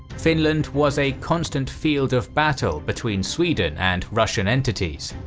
finland was a constant field of battle between sweden and russian entities.